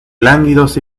lánguidos